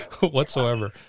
Whatsoever